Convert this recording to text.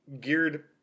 geared